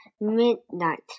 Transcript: Midnight